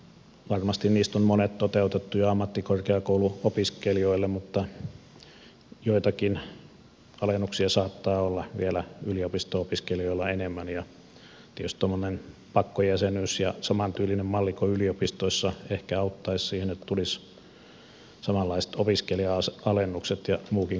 varmasti niistä on monet jo toteutettu ammattikorkeakouluopiskelijoille mutta joitakin alennuksia saattaa olla vie lä yliopisto opiskelijoilla enemmän ja tietysti tuommoinen pakkojäsenyys ja samantyylinen malli kuin yliopistoissa ehkä auttaisi siihen että tulisi samanlaiset opiskelija alennukset ja muukin kohtelu